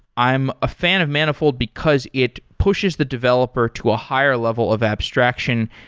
i'm a fan of manifold because it pushes the developer to a higher level of abstraction,